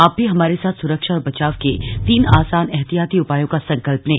आप भी हमारे साथ सुरक्षा और बचाव के तीन आसान एहतियाती उपायों का संकल्प लें